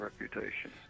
reputation